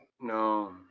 No